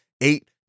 eight